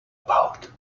about